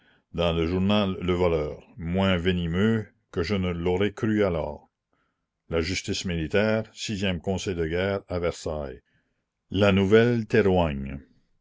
dans le journal le voleur moins venimeux que je ne l'aurais cru alors la justice militaire e onseil de guerre à versailles la